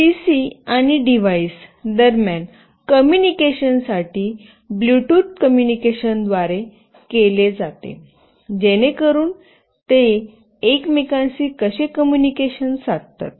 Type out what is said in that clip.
PC आणि device दरम्यान कम्युनिकेशनसाठी ब्लूटूथ कम्युनिकेशनद्वारे केले जाते जेणेकरून ते एकमेकांशी कसे कम्युनिकेशन साधतात